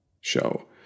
show